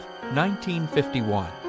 1951